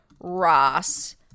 ross